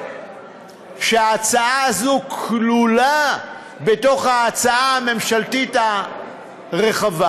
שההצעה הזאת כלולה בתוך ההצעה הממשלתית הרחבה.